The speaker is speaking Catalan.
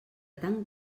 tant